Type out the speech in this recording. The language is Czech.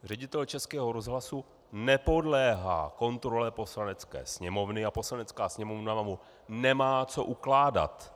Ředitel Českého rozhlasu nepodléhá kontrole Poslanecké sněmovny a Poslanecké sněmovna mu nemá co ukládat.